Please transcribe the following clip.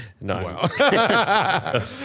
no